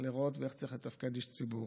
להיראות ואיך צריך לתפקד איש ציבור.